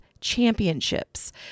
Championships